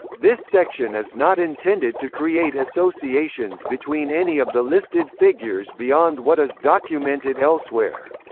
this section is not intended to create associations between any of the listed figures beyond what is documented elsewhere.